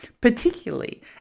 particularly